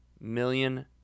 million